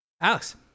Alex